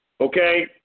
okay